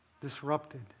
disrupted